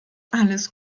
alles